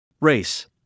Race